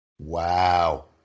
Wow